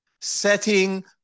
setting